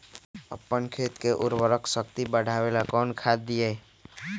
अपन खेत के उर्वरक शक्ति बढावेला कौन खाद दीये?